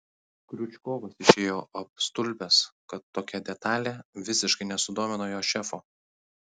kriučkovas išėjo apstulbęs kad tokia detalė visiškai nesudomino jo šefo